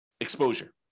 exposure